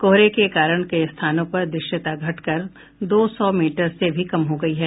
कोहरे के कारण कई स्थानों पर दृश्यता घटकर दो सौ मीटर से भी कम हो गयी है